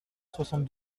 soixante